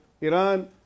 Iran